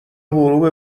غروب